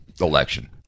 election